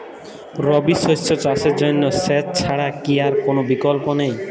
রবি শস্য চাষের জন্য সেচ ছাড়া কি আর কোন বিকল্প নেই?